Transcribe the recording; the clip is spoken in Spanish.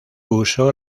usó